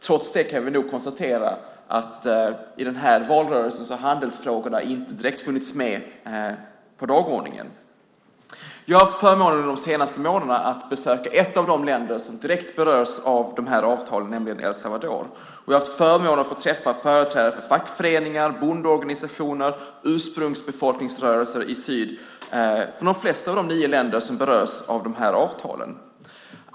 Trots det kan vi konstatera att i denna valrörelse har handelsfrågorna inte direkt funnits med på dagordningen. Jag har haft förmånen att de senaste månaderna få besöka ett av de länder som direkt berörs av dessa avtal, nämligen El Salvador. Jag har fått träffa företrädare för fackföreningar, bondeorganisationer och ursprungsbefolkningsrörelser i syd från de flesta av de nio länder som berörs av dessa avtal.